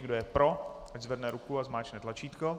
Kdo je pro, ať zvedne ruku a zmáčkne tlačítko.